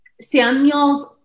Samuel's